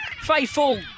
faithful